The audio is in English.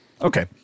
Okay